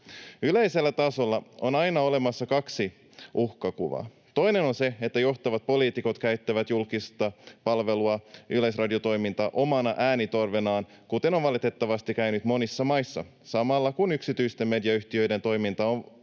Yleisellä tasolla on aina olemassa kaksi uhkakuvaa. Toinen on se, että johtavat poliitikot käyttävät julkista palvelua, yleisradiotoimintaa, omana äänitorvenaan, kuten on valitettavasti käynyt monissa maissa samalla, kun yksityisten mediayhtiöiden toimintaa on